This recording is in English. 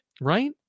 Right